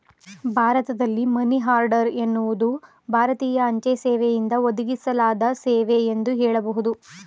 ಭಾರತದಲ್ಲಿ money order ಎನ್ನುವುದು ಭಾರತೀಯ ಅಂಚೆ ಸೇವೆಯಿಂದ ಒದಗಿಸಲಾದ ಸೇವೆ ಎಂದು ಹೇಳಬಹುದು